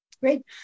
Great